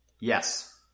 yes